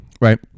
right